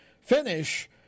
finish